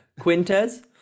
Quintez